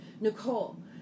Nicole